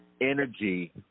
energy